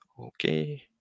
Okay